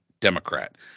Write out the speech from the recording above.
Democrat